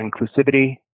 inclusivity